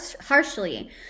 harshly